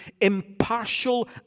impartial